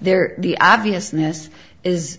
there the obviousness is